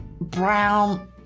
brown